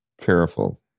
careful